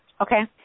Okay